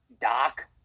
Doc